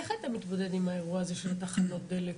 איך אתה מתמודד עם האירוע הזה של התחנות דלק?